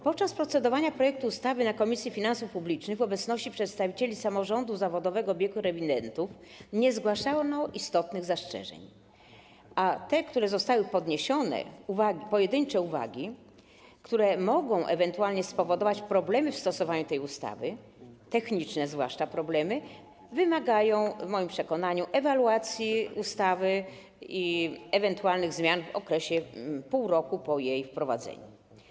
Podczas procedowania projektu ustawy na posiedzeniu Komisji Finansów Publicznych, w obecności przedstawicieli Samorządu Zawodowego Biegłych Rewidentów, nie zgłaszano istotnych zastrzeżeń, a te, które zostały podniesione, pojedyncze uwagi, które mogą ewentualnie spowodować problemy w stosowaniu tej ustawy, zwłaszcza techniczne problemy, wymagają - w moim przekonaniu - ewaluacji ustawy i ewentualnych zmian w okresie pół roku po jej wprowadzeniu.